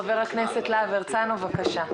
חבר הכנסת להב הרצנו, בבקשה.